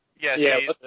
Yes